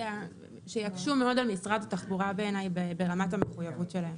שיקשו מאוד על משרד התחבורה בעיניי ברמת המחויבות שלהם.